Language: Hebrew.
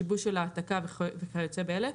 שיבוש של העתקה וכיוצא באלה,